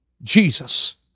Jesus